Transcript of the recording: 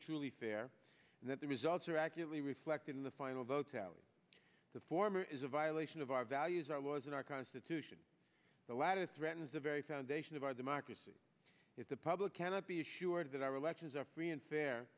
truly fair and that the results are accurately reflected in the final vote tally the former is a violation of our values our laws and our constitution the latter threatens the very foundation of our democracy it's a public cannot be assured that our elections are free and fair